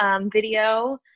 video